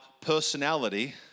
personality